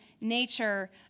nature